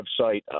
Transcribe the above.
website